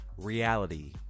reality